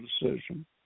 decision